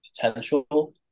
potential